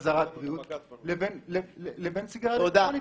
אזהרת בריאות לבין סיגריה אלקטרונית?